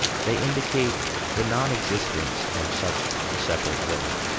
they indicate the non-existence of such a separate world.